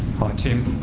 hi tim.